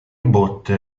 botte